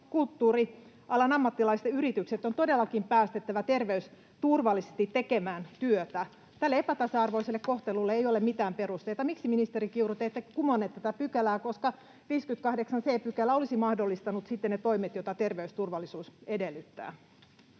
Kulttuurialan ammattilaisten yritykset on todellakin päästettävä terveysturvallisesti tekemään työtä. Tälle epätasa-arvoiselle kohtelulle ei ole mitään perusteita. Miksi, ministeri Kiuru, te ette kumonneet tätä pykälää? 58 c § olisi mahdollistanut sitten ne toimet, joita terveysturvallisuus edellyttää.